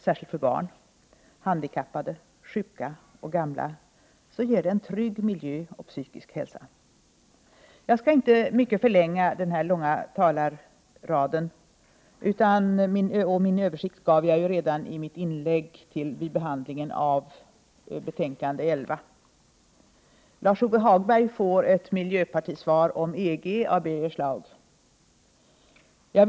Särskilt för barn, handikappade, sjuka och gamla ger detta en trygg miljö och psykisk hälsa. Jag skall inte mycket förlänga den här långa debatten. Min översikt gav jag ju redan i mitt inlägg vid behandlingen av betänkande 11. Lars-Ove Hagberg får ett miljöpartisvar om EG av Birger Schlaug.